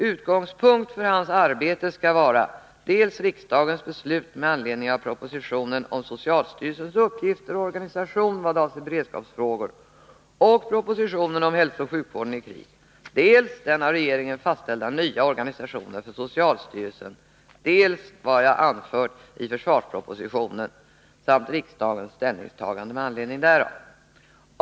Utgångspunkt för utredarens arbete skall vara dels riksdagens beslut med anledning av proposition 1979 81:57 om hälsooch sjukvården i krig, dels den av regeringen fastställda nya organisationen för socialstyrelsen, dels vad jag anför i försvarspropositionen 1981/82:102, bil. 5 samt riksdagens ställningstagande med anledning härav.